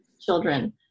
children